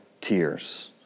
tears